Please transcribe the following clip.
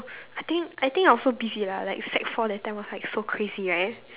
I think I think I was so busy lah like sec four that time was like so crazy right